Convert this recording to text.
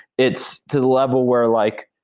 it's to the level where like,